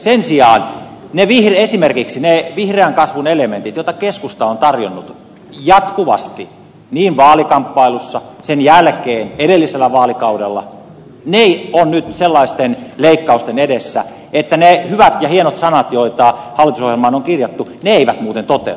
sen sijaan esimerkiksi ne vihreän kasvun elementit joita keskusta on tarjonnut jatkuvasti niin vaalikamppailussa sen jälkeen kuin myös edellisellä vaalikaudella ovat nyt sellaisten leikkausten edessä että ne hyvät ja hienot sanat joita hallitusohjelmaan on kirjattu eivät muuten toteudu